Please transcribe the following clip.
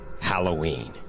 Halloween